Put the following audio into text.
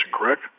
correct